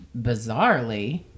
bizarrely